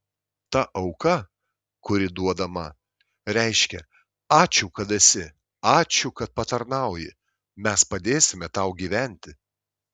ta auka kuri duodama reiškia ačiū kad esi ačiū kad patarnauji mes padėsime tau gyventi